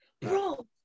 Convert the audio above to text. bro